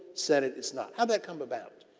senate is not. how'd that come about?